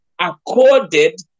accorded